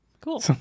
Cool